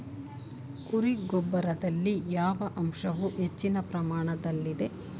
ಕುರಿ ಗೊಬ್ಬರದಲ್ಲಿ ಯಾವ ಅಂಶವು ಹೆಚ್ಚಿನ ಪ್ರಮಾಣದಲ್ಲಿದೆ?